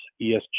ESG